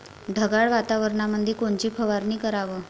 ढगाळ वातावरणामंदी कोनची फवारनी कराव?